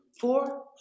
Four